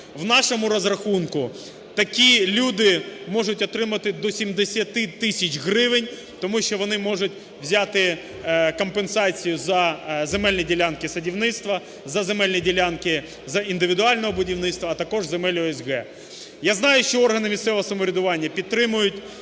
У нашому розрахунку такі люди можуть отримати до 70 тисяч гривень, тому що вони можуть взяти компенсацію за земельну ділянки садівництва, за земельні ділянки за індивідуального будівництва, а також земель ОСГ. Я знаю, що органи місцевого самоврядування підтримують,